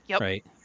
right